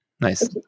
Nice